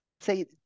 say